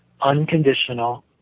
Unconditional